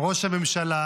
ראש הממשלה